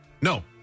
No